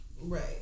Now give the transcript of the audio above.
Right